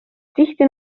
tihti